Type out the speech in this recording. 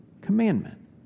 commandment